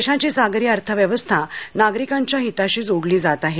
देशाची सागरी अर्थव्यवस्था नागरिकांच्या हिताशी जोडली जात आहे